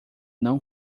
não